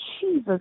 Jesus